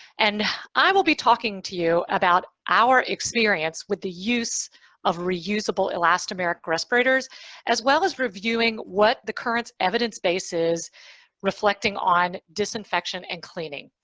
and i will be talking to you about our experience with the use of reusable elastomeric respirators as well as reviewing what the current evidence base is reflecting on disinfection and cleaning.